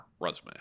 resume